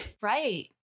Right